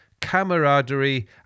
camaraderie